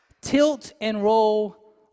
tilt-and-roll